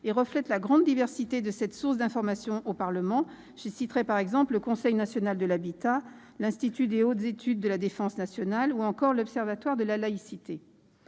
et reflètent la grande diversité de cette source d'information pour le Parlement : on trouve, par exemple, le Conseil national de l'habitat, l'Institut des hautes études de défense nationale ou encore l'Observatoire de la laïcité.